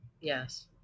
yes